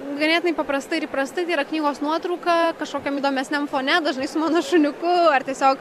ganėtinai paprastai ir įprastai tai yra knygos nuotrauka kažkokiam įdomesniam fone dažnai su mano šuniuku ar tiesiog